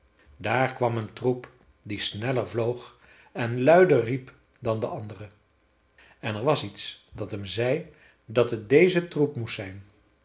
daar kwam een troep die sneller vloog en luider riep dan de andere en er was iets dat hem zei dat het deze troep moest zijn